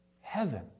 heaven